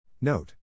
Note